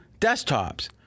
desktops